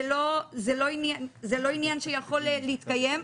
זה לא עניין שיכול להתקיים.